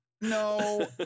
No